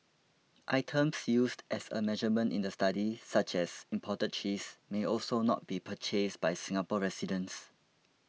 items used as a measurement in the study such as imported cheese may also not be purchased by Singapore residents